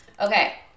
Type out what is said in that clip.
Okay